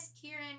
Kieran